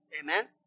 Amen